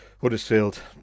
Huddersfield